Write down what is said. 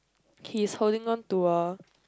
he is holding on to a